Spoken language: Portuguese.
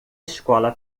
escola